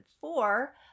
four